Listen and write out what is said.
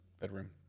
bedroom